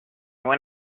when